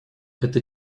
это